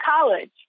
college